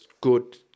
good